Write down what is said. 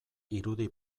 irudi